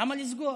למה לסגור?